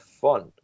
fun